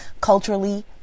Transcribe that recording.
culturally